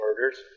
murders